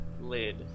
lid